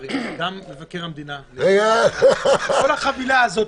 פרלמנטריים וגם מבקר המדינה כל החבילה הזאת.